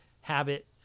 habit